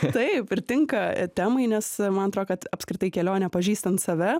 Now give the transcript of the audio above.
taip ir tinka temai nes man tro kad apskritai kelionė pažįstant save